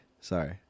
Sorry